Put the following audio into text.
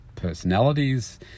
Personalities